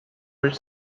rich